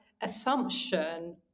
assumption